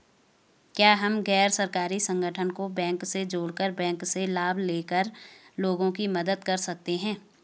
क्या हम गैर सरकारी संगठन को बैंक से जोड़ कर बैंक से लाभ ले कर लोगों की मदद कर सकते हैं?